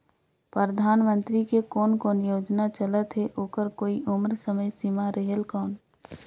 परधानमंतरी के कोन कोन योजना चलत हे ओकर कोई उम्र समय सीमा रेहेल कौन?